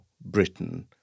Britain